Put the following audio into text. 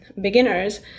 beginners